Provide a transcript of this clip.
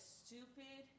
stupid